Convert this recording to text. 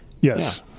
Yes